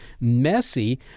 messy